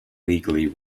legally